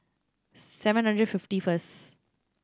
seven hundred fifty first